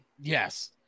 Yes